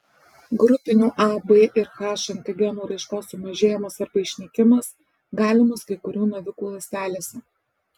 grupinių a b ir h antigenų raiškos sumažėjimas arba išnykimas galimas kai kurių navikų ląstelėse